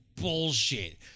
bullshit